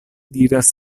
diras